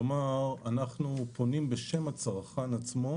כלומר אנחנו פונים בשם הצרכן עצמו